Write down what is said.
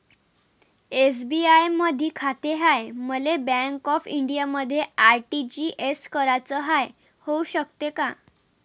SBI मधी खाते हाय, मले बँक ऑफ इंडियामध्ये आर.टी.जी.एस कराच हाय, होऊ शकते का?